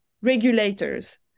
regulators